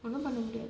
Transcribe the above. we're not gonna get